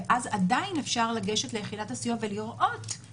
ואז עדיין אפשר לגשת ליחידת הסיוע ולראות אם